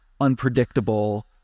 unpredictable